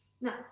no